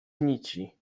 nici